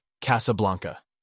Casablanca